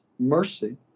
Mercy